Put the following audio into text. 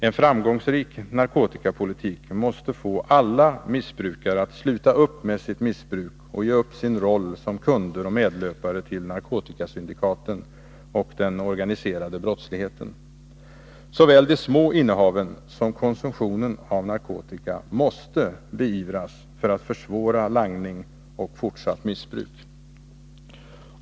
En framgångsrik narkotikapolitik måste få alla missbrukare att sluta upp med sitt missbruk och ge upp sin roll som kunder och medlöpare till narkotikasyndikaten och den organiserade brottsligheten. Såväl de små innehaven som konsumtionen av narkotika måste beivras för att langning och fortsatt missbruk skall försvåras.